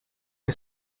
che